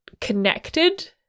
connected